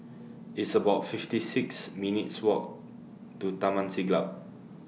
It's about fifty six minutes' Walk to Taman Siglap